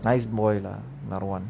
nice boy lah that [one]